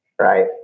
right